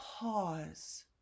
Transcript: pause